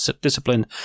disciplined